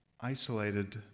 isolated